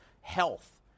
health